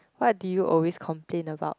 what do you always complain about